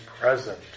present